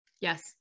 yes